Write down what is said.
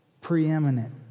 preeminent